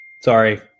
Sorry